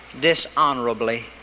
dishonorably